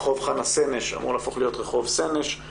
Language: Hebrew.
רחוב חנה סנש אמור להפוך להיות רחוב סנש.